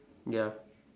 ya